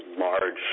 large